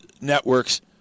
networks